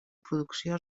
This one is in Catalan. producció